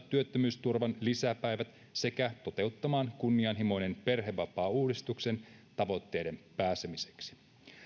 työttömyysturvan lisäpäivät sekä toteuttamaan kunnianhimoisen perhevapaauudistuksen tavoitteisiin pääsemiseksi